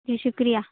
جی شُکریہ